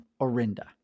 orinda